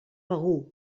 begur